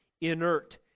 inert